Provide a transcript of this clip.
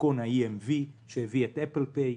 מתכון EMV שהביא את Apple pay,